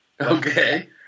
Okay